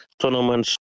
tournaments